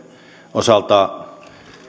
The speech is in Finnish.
osalta